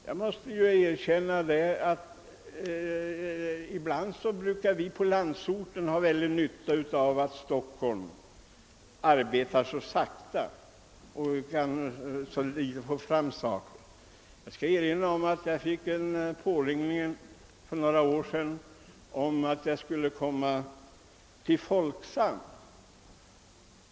Jag måste erkänna att vi i landsorten ibland har nytta av att man i Stockholm arbetar så sakta och inte kan få fram olika saker. Jag fick för några år sedan en påringning om att jag borde komma till Folksam.